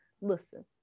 listen